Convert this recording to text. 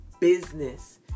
business